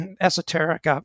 esoteric